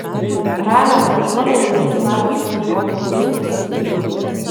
ramią gražuolę ilgais lapės rudumo plaukais pasivijo